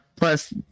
Plus